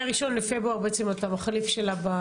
מה-1 בפברואר אתה מחליף של עליזה?